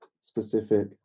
specific